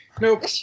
Nope